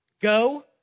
Go